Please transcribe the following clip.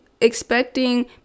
expecting